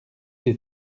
des